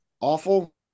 awful